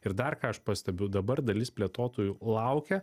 ir dar ką aš pastebiu dabar dalis plėtotojų laukia